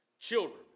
children